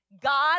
God